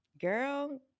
Girl